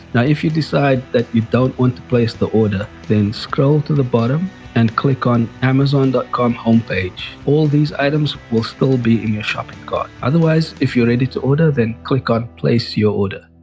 now if you decide that you don't want to place the order then scroll to the bottom and click on amazon dot com homepage, all these items will still be in your shopping cart, otherwise if you're ready to order then click on place your order.